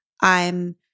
I'm-